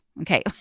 Okay